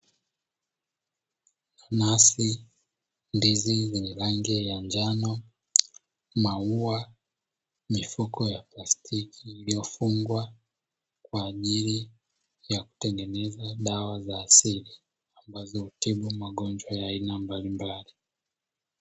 Mauwa mifuko ya plastiki iliofungwa kwa ajiri ya kutengeneza dawa za asili, Ambazo hutibu magonjwa ya aina mbali mbali.